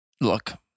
look